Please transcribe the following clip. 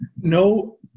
No